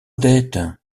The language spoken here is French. odette